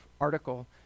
article